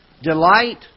Delight